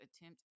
attempt